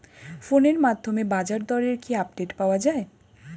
ফোনের মাধ্যমে বাজারদরের কি আপডেট পাওয়া যায়?